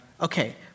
okay